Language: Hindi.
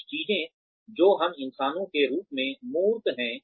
कुछ चीजें जो हम इंसानों के रूप में मूर्त हैं